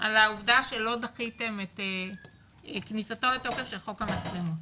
על העובדה שלא דחיתם את כניסתו לתוקף של חוק המצלמות,